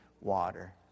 water